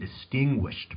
distinguished